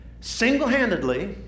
Single-handedly